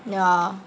ya